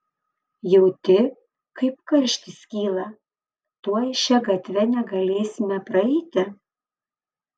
jauti kaip karštis kyla tuoj šia gatve negalėsime praeiti